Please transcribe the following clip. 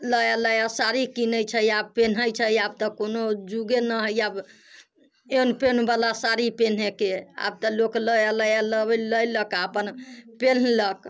नया नया साड़ी किनैत छै आ पीनहैत छै आब तऽ कोनो जुगे नहि हय अब एन पेन बला साड़ी पीनहेके आब तऽ लोक नया नया लयलक आ अपन पिनहलक